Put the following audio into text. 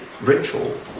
ritual